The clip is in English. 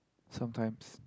sometimes